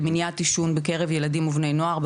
למניעת עישון בקרב ילדים ובני נוער,